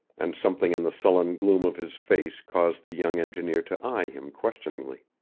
and something in the sullen gloom of his face caused the young engineer to eye him questioningly.